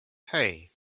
hey